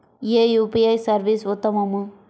ఏ UPI service ఉత్తమము?